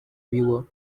viewer